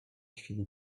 chwili